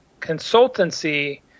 consultancy